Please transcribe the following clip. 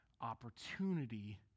opportunity